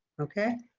okay.